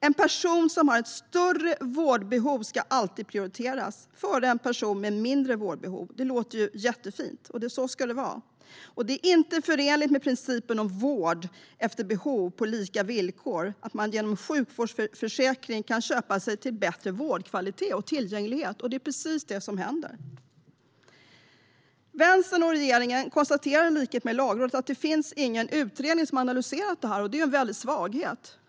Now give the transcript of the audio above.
En person som har ett större vårdbehov ska alltid prioriteras före en person med ett mindre vårdbehov, det är så det ska vara. Det är inte förenligt med principen om vård efter behov på lika villkor att man genom en sjukvårdsförsäkring kan köpa sig till bättre vårdkvalitet och tillgänglighet. Det är precis det som händer. Vänstern och regeringen konstaterar i likhet med Lagrådet att det i dagsläget inte finns någon utredning som har analyserat detta, och det är en svaghet.